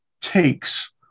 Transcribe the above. takes